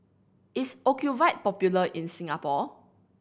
is Ocuvite popular in Singapore